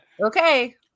Okay